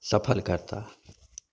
सफल करताह